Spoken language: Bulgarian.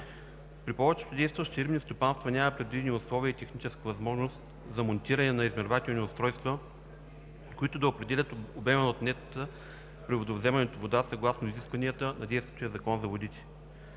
При повечето действащи рибни стопанства няма предвидени условия и техническа възможност за монтиране на измервателни устройства, които да определят обема на отнетата при водовземането вода съгласно изискванията на действащия Закон за водите.